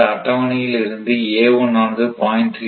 இந்த அட்டவணையில் இருந்து ஆனது 0